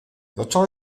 začal